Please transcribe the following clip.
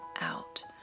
out